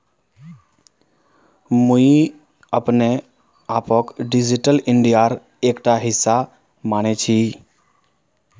मुई अपने आपक डिजिटल इंडियार एकटा हिस्सा माने छि